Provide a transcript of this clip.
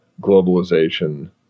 globalization